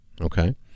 Okay